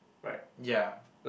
ya